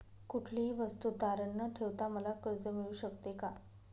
कुठलीही वस्तू तारण न ठेवता मला कर्ज मिळू शकते का?